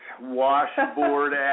washboard